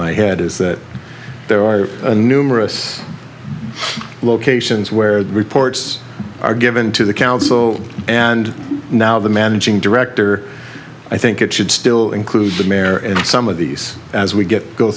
my head is that there are numerous locations where reports are given to the council and now the managing director i think it should still include the mayor and some of these as we get go